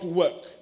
work